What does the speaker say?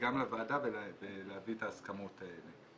גם לוועדה וגם להביא את ההסכמות האלה.